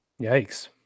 Yikes